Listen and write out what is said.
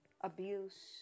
abuse